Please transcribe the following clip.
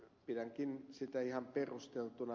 pidänkin sitä ihan perusteltuna